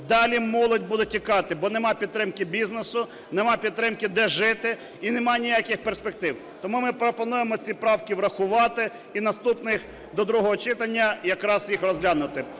далі молодь буде тікати, бо нема підтримки бізнесу, нема підтримки де жити і нема ніяких перспектив. Тому ми пропонуємо ці правки врахувати і наступних до другого читання якраз їх розглянути.